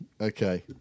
Okay